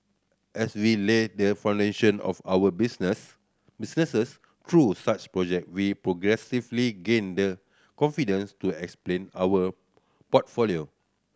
as we laid the foundation of our business businesses through such project we progressively gained the confidence to explain our portfolio